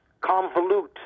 convolute